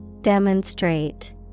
Demonstrate